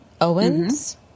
Owens